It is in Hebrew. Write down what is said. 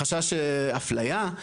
חשש לאפליה,